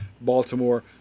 Baltimore